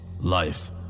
life